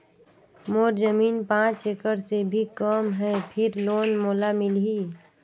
मोर जमीन पांच एकड़ से भी कम है फिर लोन मोला मिलही?